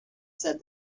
said